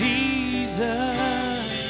Jesus